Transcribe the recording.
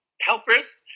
helpers